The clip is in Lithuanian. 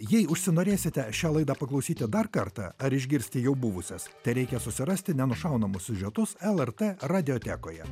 jei užsinorėsite šią laidą paklausyti dar kartą ar išgirsti jau buvusias tereikia susirasti nenušaunamus siužetus lrt radiotekoje